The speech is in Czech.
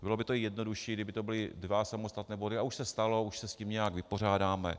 Bylo by to jednodušší, kdyby to byly dva samostatné body, ale už se stalo, už se s tím nějak vypořádáme.